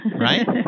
right